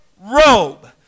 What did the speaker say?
robe